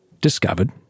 discovered